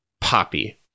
poppy